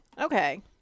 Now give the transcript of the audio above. Okay